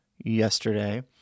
yesterday